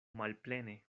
malplene